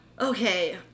Okay